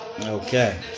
Okay